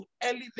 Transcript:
elevate